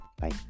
Bye